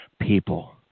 people